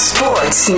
Sports